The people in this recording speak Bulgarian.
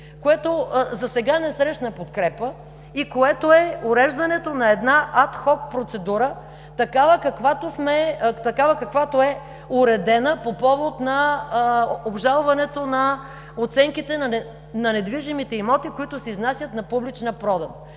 което за сега не срещна подкрепа и което е уреждането на една адхок процедура, такава каквато е уредена по повод на обжалването на оценките на недвижимите имоти, които се изнасят на публична продан.